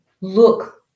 look